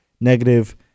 negative